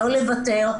לא לוותר,